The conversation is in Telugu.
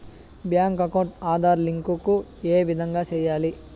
బ్యాంకు అకౌంట్ ఆధార్ లింకు ఏ విధంగా సెయ్యాలి?